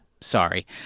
Sorry